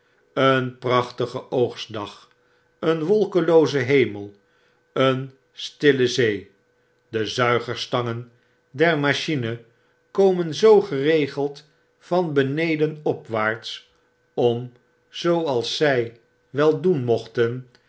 een prachtige oogstdag een wolkenlooze hemel een stille zee de zuigerstangen der machine komen zoo geregeld van beneden opwaarts om zooals zy wel doen mochten